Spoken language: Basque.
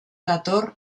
dator